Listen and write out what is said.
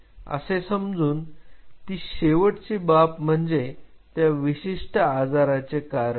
असे समजून ती शेवटची बाब म्हणजे त्या विशिष्ट आजाराचे कारण आहे